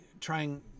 trying